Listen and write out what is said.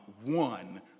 one